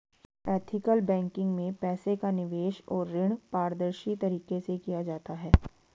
ethical banking में पैसे का निवेश और ऋण पारदर्शी तरीके से किया जाता है